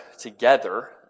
together